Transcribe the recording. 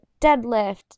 deadlift